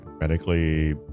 medically